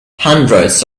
hundreds